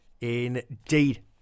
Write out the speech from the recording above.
Indeed